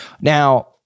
Now